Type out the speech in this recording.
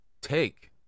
take